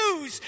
news